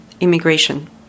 immigration